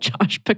Josh